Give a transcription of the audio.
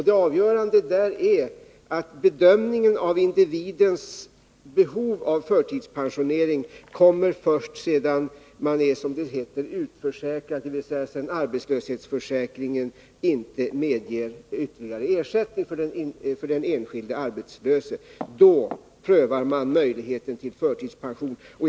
Det avgörande är då att bedömningen av individens behov av förtidspensionering kommer först sedan vederbörande är utförsäkrad, som det heter. Det betyder att man först sedan arbetslöshetsförsäkringen inte medger ytterligare ersättning för den enskilde arbetslöse prövar möjligheten till förtidspensionering.